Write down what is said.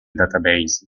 database